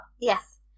Yes